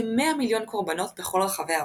כ-100 מיליון קורבנות בכל רחבי העולם.